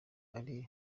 ari